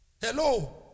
Hello